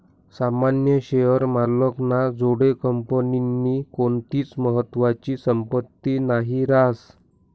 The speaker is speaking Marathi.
सामान्य शेअर मालक ना जोडे कंपनीनी कोणतीच महत्वानी संपत्ती नही रास